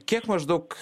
kiek maždaug